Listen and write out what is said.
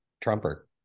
Trumper